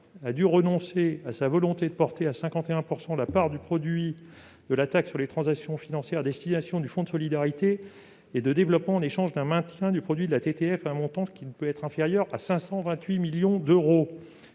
a dû renoncer à sa volonté de porter à 51 % la part du produit de la taxe sur les transactions financières à destination du fonds de solidarité et de développement (FSD) en échange d'un maintien du produit de la TTF à un montant qui ne peut pas être inférieur à 528 millions d'euros